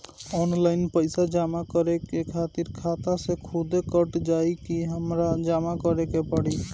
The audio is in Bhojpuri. ऑनलाइन पैसा जमा करे खातिर खाता से खुदे कट जाई कि हमरा जमा करें के पड़ी?